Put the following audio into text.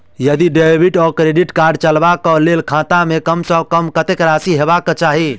यदि डेबिट वा credit card चलबाक कऽ लेल खाता मे कम सऽ कम कत्तेक राशि हेबाक चाहि?